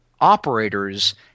operators